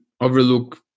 overlook